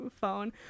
phone